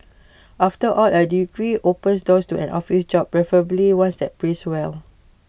after all A degree opens doors to an office job preferably one that pays well